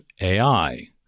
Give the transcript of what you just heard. AI